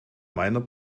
meiner